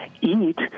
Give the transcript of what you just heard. eat